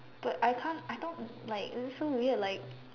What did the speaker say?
but I can't I don't like it's so weird like